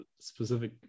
specific